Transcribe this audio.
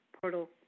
portal